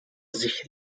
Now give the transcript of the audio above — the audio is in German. sich